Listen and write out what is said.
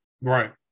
Right